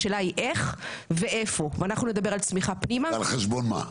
השאלה היא איך ואיפה ואנחנו נדבר על צמיחה פנימה --- ועל חשבון מה.